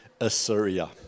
Assyria